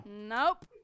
Nope